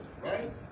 right